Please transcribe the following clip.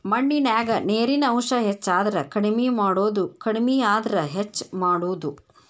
ಮಣ್ಣಿನ್ಯಾಗ ನೇರಿನ ಅಂಶ ಹೆಚಾದರ ಕಡಮಿ ಮಾಡುದು ಕಡಮಿ ಆದ್ರ ಹೆಚ್ಚ ಮಾಡುದು